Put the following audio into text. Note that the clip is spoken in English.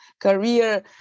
career